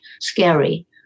scary